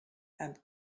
and